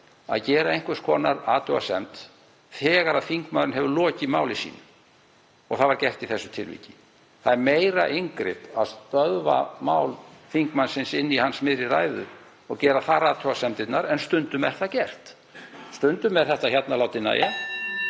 að gera einhvers konar athugasemd þegar þingmaðurinn hefur lokið máli sínu. Það var gert í þessu tilviki. Það er meira inngrip að stöðva mál þingmannsins í miðri ræðu og gera þar athugasemdirnar en stundum er það gert. Stundum er þetta hérna látið nægja,